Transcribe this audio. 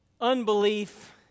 unbelief